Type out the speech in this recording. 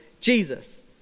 Jesus